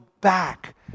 back